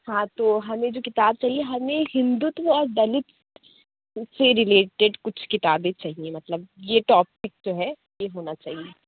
ہاں تو ہمیں جو کتاب چاہیے ہمیں ہندتوا اور دلِت سے ریلیٹیڈ کچھ کتابیں چاہیے مطلب یہ ٹاپک جو ہے یہ ہونا چاہیے